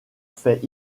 fait